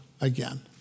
again